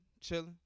chilling